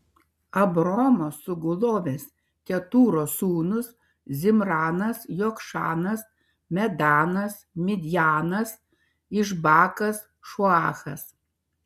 abraomo sugulovės ketūros sūnūs zimranas jokšanas medanas midjanas išbakas šuachas